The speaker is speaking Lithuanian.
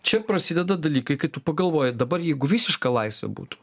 čia prasideda dalykai kai tu pagalvoji dabar jeigu visiška laisvė būtų